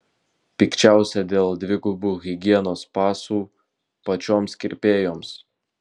pikčiausia dėl dvigubų higienos pasų pačioms kirpėjoms